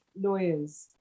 lawyers